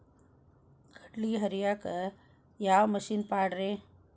ಕಡ್ಲಿ ಹರಿಯಾಕ ಯಾವ ಮಿಷನ್ ಪಾಡ್ರೇ?